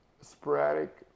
sporadic